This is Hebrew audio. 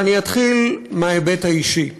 ואתחיל מההיבט האישי.